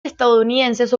estadounidenses